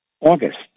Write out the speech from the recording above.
August